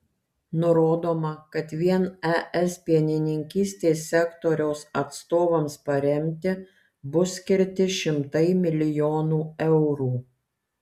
nurodoma kad vien es pienininkystės sektoriaus atstovams paremti bus skirti šimtai milijonų eurų